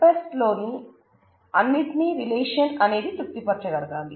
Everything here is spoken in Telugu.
F లోని అన్నింటిని రిలేషన్ అనేది తృప్తి పరచగలగాలి